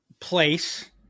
place